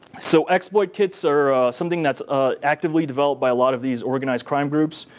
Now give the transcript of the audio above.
so exploit kits are are something that's ah actively developed by a lot of these organized crime groups.